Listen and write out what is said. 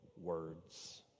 words